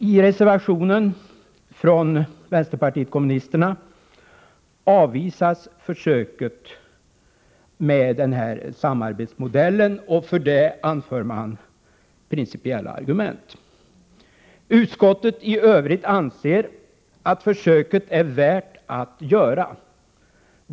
I reservationen från vänsterpartiet kommunisterna avvisas försöket med samarbetsmodellen, och för det anför man principiella argument. Utskottet i övrigt anser att försöket är värt att göra.